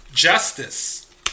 Justice